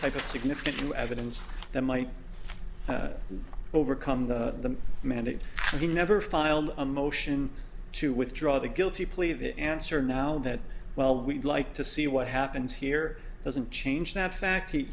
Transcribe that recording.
type of significant evidence that might overcome the mandate he never filed a motion to withdraw the guilty plea the answer now that well we'd like to see what happens here doesn't change that fact